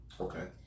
Okay